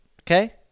Okay